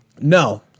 No